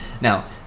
Now